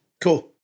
cool